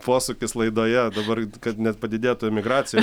posūkis laidoje dabar kad net padidėtų emigracija